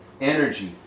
energy